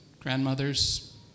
grandmothers